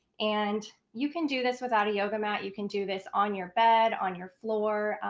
and you can do this without a yoga mat. you can do this on your bed, on your floor.